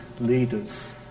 leaders